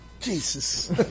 Jesus